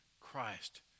Christ